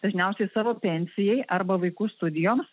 dažniausiai savo pensijai arba vaikų studijoms